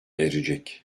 erecek